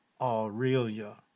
Aurelia